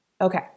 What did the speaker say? Okay